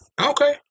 Okay